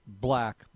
black